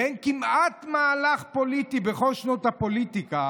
ואין כמעט מהלך פוליטי בכל שנות הפוליטיקה